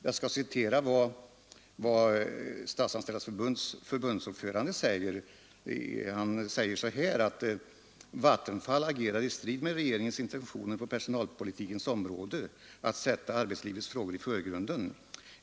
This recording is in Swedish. Jag skall citera vad Statsanställdas förbunds ordförande säger i det sammanhanget: ”Vattenfall agerar i strid med regeringens intentioner på personalpolitikens område, att sätta arbetslivets frågor i förgrunden.